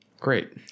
Great